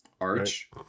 arch